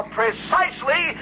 precisely